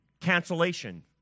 Cancellation